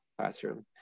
classroom